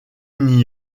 n’y